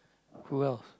who else